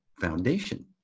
foundation